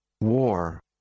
war